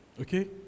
Okay